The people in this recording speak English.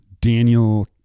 Daniel